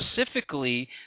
specifically